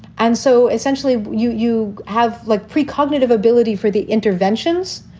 and so essentially, you you have like precognitive ability for the interventions,